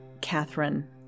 Catherine